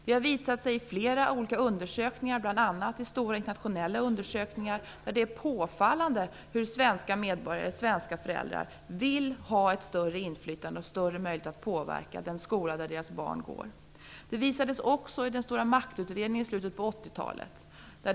Det har visat sig i flera olika undersökningar bl.a. i stora internationella undersökningar att det är påfallande hur svenska medborgare, svenska föräldrar, vill ha ett större inflytande och större möjlighet att påverka den skola där deras barn går. Det visade sig också i den stora maktutredningen i slutet av 1980-talet.